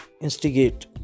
instigate